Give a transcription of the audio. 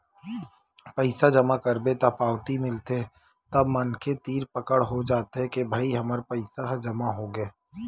पइसा जमा करबे त पावती मिलथे तब मनखे तीर पकड़ हो जाथे के भई हमर पइसा ह जमा होगे